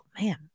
man